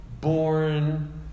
born